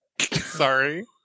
Sorry